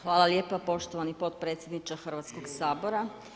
Hvala lijepa poštovani potpredsjedniče Hrvatskog sabora.